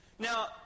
Now